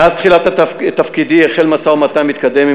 מאז תחילת תפקידי החל משא-ומתן מתקדם עם